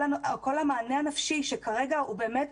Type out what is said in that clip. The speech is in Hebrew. כל המענה הנפשי שכרגע הוא באמת,